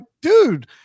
dude